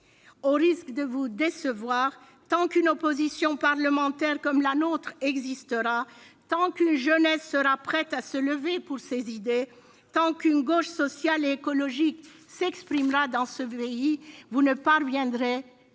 Au risque de vous décevoir, tant qu'une opposition parlementaire comme la nôtre existera, tant qu'une jeunesse sera prête à se lever pour ses idées, tant qu'une gauche sociale et écologique s'exprimera dans ce pays, vous ne parviendrez